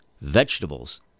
vegetables